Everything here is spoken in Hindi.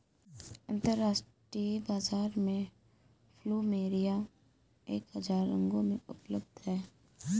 अंतरराष्ट्रीय बाजार में प्लुमेरिया एक हजार रंगों में उपलब्ध हैं